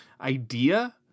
idea